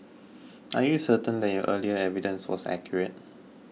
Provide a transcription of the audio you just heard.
are you certain that your earlier evidence was accurate